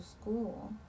school